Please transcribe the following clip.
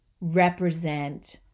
represent